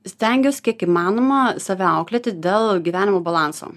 stengiuos kiek įmanoma save auklėti dėl gyvenimo balanso